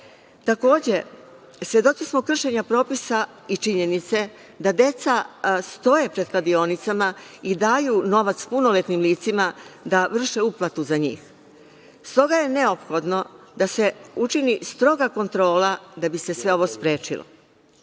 Takođe, svedoci smo kršenja propisa i činjenice da deca stoje pred kladionicama i daju novac punoletnim licima da vrše uplatu za njih. S toga je neophodno da se učini stroga kontrola da bi se sve ovo sprečilo. Prema